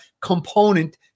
component